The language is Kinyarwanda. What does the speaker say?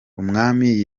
umwami